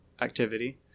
activity